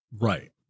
Right